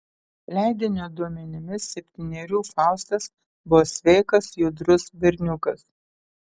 leidinio duomenimis septynerių faustas buvo sveikas judrus berniukas